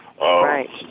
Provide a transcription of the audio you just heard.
Right